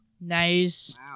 Nice